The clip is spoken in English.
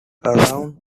around